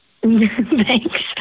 Thanks